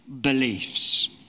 beliefs